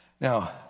Now